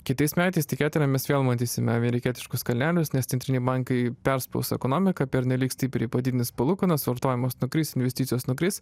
kitais metais tikėtina mes vėl matysime amerikietiškus kalnelius nes centriniai bankai perspaus ekonomiką pernelyg stipriai padidins palūkanas vartojimas nukris investicijos nukris